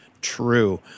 True